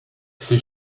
ces